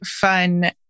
fun